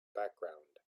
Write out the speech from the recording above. background